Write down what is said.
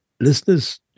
listeners